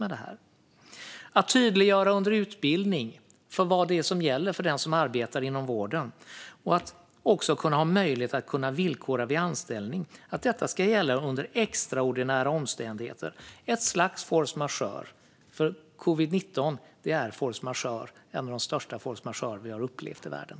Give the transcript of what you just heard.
Under utbildningen ska det tydliggöras vad som gäller för den som arbetar inom vården. Det ska också vara möjligt att villkora vid anställning. Och detta ska gälla under extraordinära omständigheter - ett slags force majeure. Covid-19 är en av de största force majeure-situationer vi har upplevt i världen.